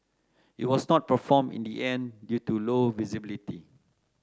it was not performed in the end due to low visibility